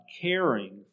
caring